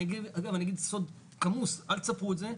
אגב, אני אגיד סוד כמוס, אל תספרו אותו,